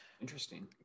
Interesting